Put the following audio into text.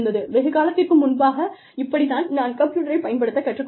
வெகு காலத்திற்கு முன்பாக இப்படி தான் நான் கம்ப்யூட்டரை பயன்படுத்த கற்றுக் கொண்டேன்